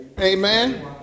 Amen